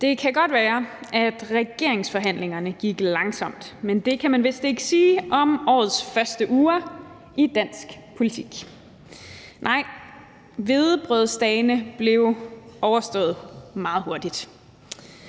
Det kan godt være, at regeringsforhandlingerne gik langsomt, men det kan man vist ikke sige om årets første uger i dansk politik. Nej, hvedebrødsdagene blev overstået meget hurtigt.